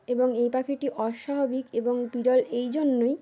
এবং এই পাখিটি অস্বাভাবিক এবং বিরল এই জন্যই